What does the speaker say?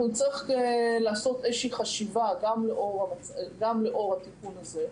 אנחנו נצטרך לעשות איזושהי חשיבה גם לאור התיקון הזה,